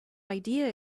idea